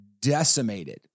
decimated